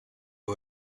who